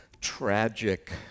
tragic